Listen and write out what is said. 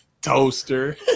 Toaster